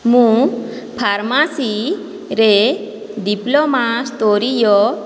ମୁଁ ଫାର୍ମାସିରେ ଡିପ୍ଲୋମା ସ୍ତରୀୟ